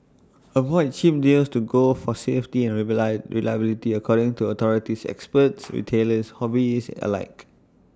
avoid cheap deals to go for safety and read be lie reliability according to authorities experts retailers hobbyists alike